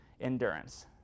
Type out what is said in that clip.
endurance